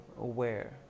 aware